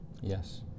Yes